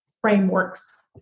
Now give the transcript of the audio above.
frameworks